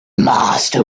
master